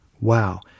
Wow